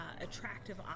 attractive